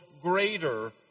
greater